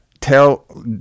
tell